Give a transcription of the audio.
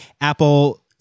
Apple